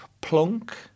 Plunk